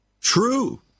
True